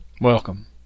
Welcome